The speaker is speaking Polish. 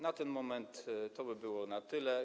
Na ten moment to by było na tyle.